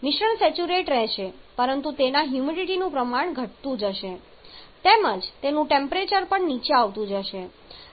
મિશ્રણ સેચ્યુરેટ રહેશે પરંતુ તેના હ્યુમિડિટીનું પ્રમાણ ઘટતું રહેશે તેમજ તેનું ટેમ્પરેચર પણ નીચે આવતું રહેશે